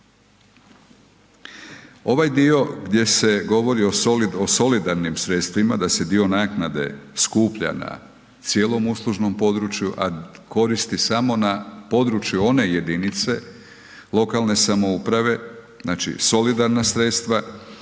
Ovaj dio gdje se govori o solidarnim sredstvima, da se dio nakade skuplja na cijelom uslužnom području, a koristi samo na području one jedinice lokalne samouprave, znači solidarna sredstva,